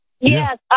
Yes